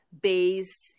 based